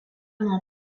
nuo